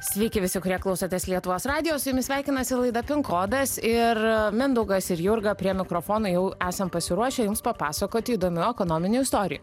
sveiki visi kurie klausotės lietuvos radijo su jumis sveikinasi laida kodas ir mindaugas ir jurga prie mikrofono jau esam pasiruošę jums papasakoti įdomių ekonominių istorijų